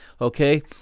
okay